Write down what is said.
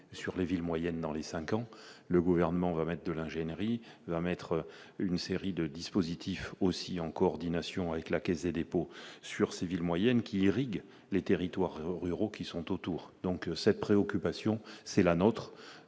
sur les villes moyennes dans les 5 ans, le gouvernement va remette de l'ingénierie mettre une série de dispositifs aussi en coordination avec la Caisse des dépôts sur ces villes moyennes qui irrigue les territoires ruraux qui sont autour, donc cette préoccupation, c'est la nôtre,